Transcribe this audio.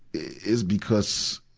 is because,